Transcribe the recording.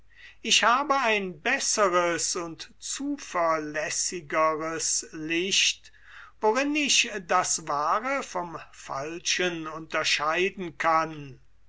ich habe ein besseres und zuverlässigeres licht worin ich das wahre vom falschen unterscheiden kann